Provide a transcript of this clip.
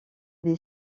des